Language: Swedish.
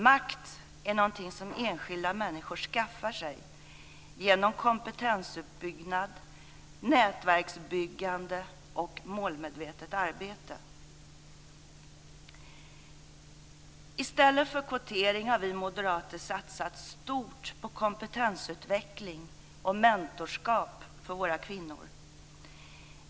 Makt är någonting som enskilda människor skaffar sig genom kompetensuppbyggnad, nätverksbyggande och målmedvetet arbete. I stället för på kvotering har vi moderater satsat stort på kompetensutveckling och mentorskap för våra kvinnor.